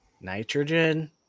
nitrogen